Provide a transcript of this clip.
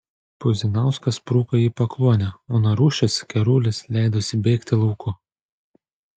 puzinauskas spruko į pakluonę o narušis kerulis leidosi bėgti lauku